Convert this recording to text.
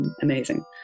amazing